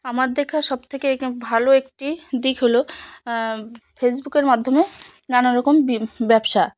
আমার দেখা সবথেকে ভালো একটি দিক হলো ফেসবুকের মাধ্যমে নানারকম ব্যবসা